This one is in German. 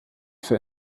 für